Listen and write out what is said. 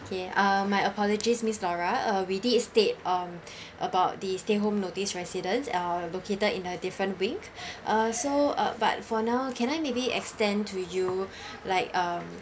okay uh my apologies miss laura uh we did state um about the stay home notice residents are located in a different wing uh so uh but for now can I maybe extend to you like um